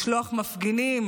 לשלוח מפגינים